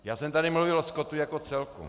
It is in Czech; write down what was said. Já jsem tady mluvil o skotu jako celku.